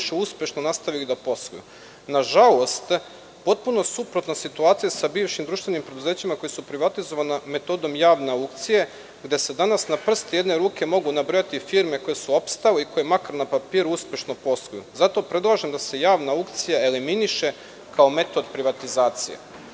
uspešno nastavili da posluju. Nažalost, potpuno suprotna je situacija sa bivšim društvenim preduzećima koja su privatizovana metodom javne aukcije, gde se danas na prste jedne ruke mogu nabrojati firme koje su opstale i koje makar na papiru uspešno posluju. Zato predlažem da se javna aukcija eliminiše kao metod privatizacije. Ovo